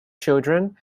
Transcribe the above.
children